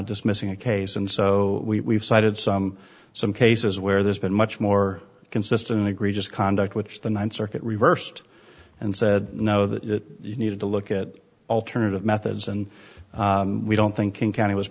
dismissing a case and so we cited some some cases where there's been much more consistent egregious conduct which the ninth circuit reversed and said no that you need to look at alternative methods and we don't think king county was